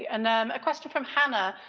and then a question from hanna,